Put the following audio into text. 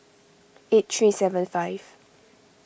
eight three seven five